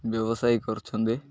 ବ୍ୟବସାୟୀ କରୁଛନ୍ତି